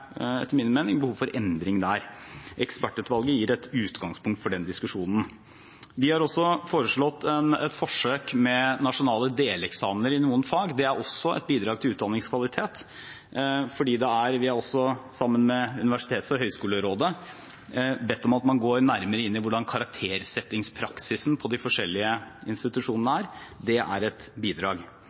etter min mening behov for endring der. Ekspertutvalget gir et utgangspunkt for den diskusjonen. Vi har også foreslått et forsøk med nasjonale deleksamener i noen fag. Det er også et bidrag til utdanningskvalitet, for sammen med Universitets- og høgskolerådet har vi også bedt om at man går nærmere inn i hvordan karaktersettingspraksisen på de forskjellige institusjonene er. Det er et bidrag.